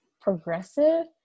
progressive